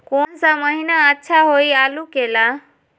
कौन सा महीना अच्छा होइ आलू के ला?